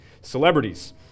celebrities